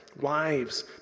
wives